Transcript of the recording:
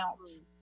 else